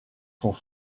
sont